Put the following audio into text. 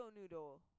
noodle